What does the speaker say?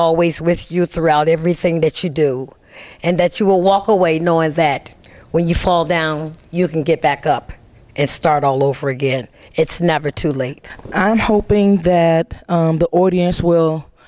always with you throughout everything that you do and that you will walk away knowing that when you fall down you can get back up and start all over again it's never too late i'm hoping that the audience will